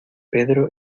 pedro